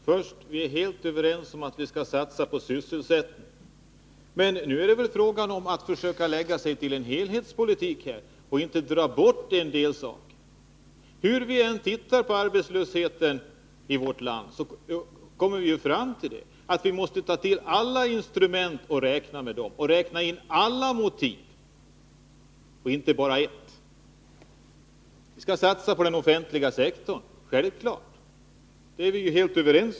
Fru talman! Vi är helt överens om att vi skall satsa på sysselsättningen. Men nu är det fråga om att försöka lägga sig till med en helhetspolitik. Arbetslösheten i vårt land är nu av en sådan omfattning att vi måste ta till alla tänkbara instrument för att komma till rätta med den. Vi är helt överens om att vi skall satsa på den offentliga sektorn.